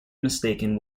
mistaken